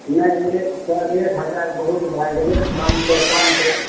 नहि नहि सर एक हजार बहुत भय गेलै पाॅंच सए पाॅंच सए